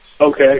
Okay